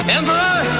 Emperor